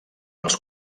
els